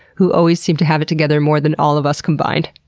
who always seemed to have it together more than all of us combined.